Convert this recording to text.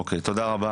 אוקיי, תודה רבה.